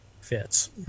fits